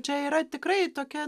čia yra tikrai tokia